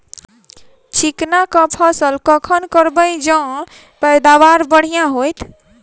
चिकना कऽ फसल कखन गिरैब जँ पैदावार बढ़िया होइत?